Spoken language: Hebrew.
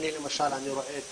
הנה למשל אני רואה את